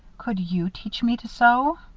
could you teach me to sew?